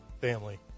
family